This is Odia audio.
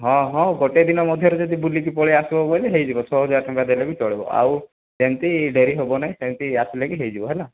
ହଁ ହଁ ଗୋଟେ ଦିନ ମଧ୍ୟରେ ଯଦି ବୁଲିକି ପଳେଇ ଆସିବ ବୋଲି ହୋଇଯିବ ଛଅ ହଜାର ଟଙ୍କା ଦେଲେବି ଚଳିବ ଆଉ ସେମିତି ଡ଼େରି ହେବ ନାହିଁ ସେମିତି ଆସିଲେବି ହୋଇଯିବ ହେଲା